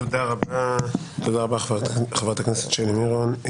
תודה רבה חברת הכנסת שלי מירון.